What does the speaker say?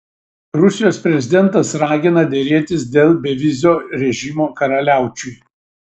rusijos prezidentas ragina derėtis dėl bevizio režimo karaliaučiui